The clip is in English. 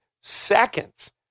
seconds